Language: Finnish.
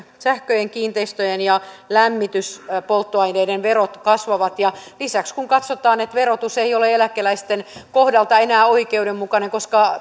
sähkön kiinteistöjen ja lämmityspolttoaineiden verot kasvavat lisäksi kun katsotaan että verotus ei ole eläkeläisten kohdalla enää oikeudenmukainen koska